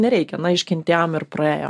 nereikia na iškentėjom ir praėjo